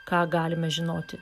ką galime žinoti